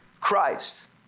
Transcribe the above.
Christ